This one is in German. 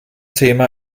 thema